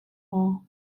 maw